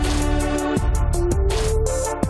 לרשותך.